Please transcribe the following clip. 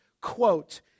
quote